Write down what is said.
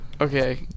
Okay